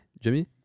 jimmy